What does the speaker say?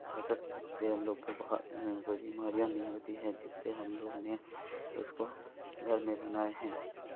حاجت سے ہم لوگ کو کوئی بیماریاں نہیں ہوتی ہیں جس سے ہم لوگ نے اس کو گھر میں بنائے ہیں